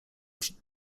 przed